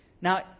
Now